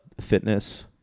Fitness